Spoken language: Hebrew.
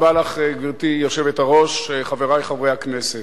גברתי היושבת-ראש, תודה רבה לך, חברי חברי הכנסת,